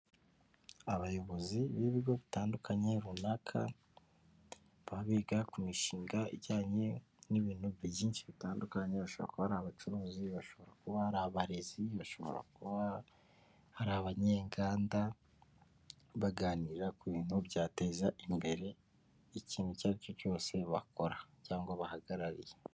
Abayobozi b'ibigo bitandukanye runaka baba biga ku mishinga ijyanye n'ibintu byinshi bitandukanye bashobora kuba ari abacuruzi, bashobora kuba ari abarezi, bashobora kuba ari abanyenganda baganira ku bintu byateza imbere ikintu icyo ari cyo cyose bakora cyangwa bahagarariye.